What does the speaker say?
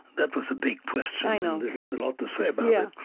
that was a big question, and there is a lot to say but yeah